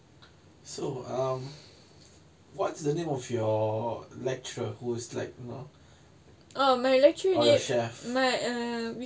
so um what's the name of your lecturer who is like you know or your chef